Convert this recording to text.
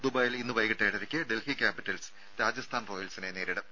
ദുബായിൽ ഇന്ന് വൈകീട്ട് ഏഴരക്ക് ഡൽഹി ക്യാപിറ്റൽസ് രാജസ്ഥാൻ റോയൽസിനെ നേരിടും